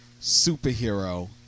superhero